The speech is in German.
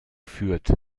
führt